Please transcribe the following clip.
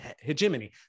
hegemony